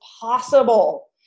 possible